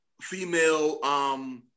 female